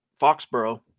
Foxborough